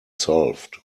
solved